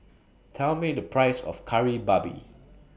Tell Me The Price of Kari Babi